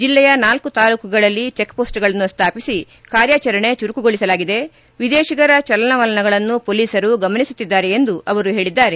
ಜಿಲ್ಲೆಯ ನಾಲ್ಕು ತಾಲೂಕುಗಳಲ್ಲಿ ಚೆಕ್ಮೋಸ್ಟ್ಗಳನ್ನು ಸ್ಮಾಪಿಸಿ ಕಾರ್ಯಾಚರಣೆ ಚುರುಕುಗೊಳಿಸಲಾಗಿದೆ ವಿದೇತಿಗರ ಚಲನವಲನಗಳನ್ನು ಪೊಲೀಸರು ಗಮನಿಸುತ್ತಿದ್ದಾರೆ ಎಂದು ಅವರು ಹೇಳಿದ್ದಾರೆ